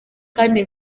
kandi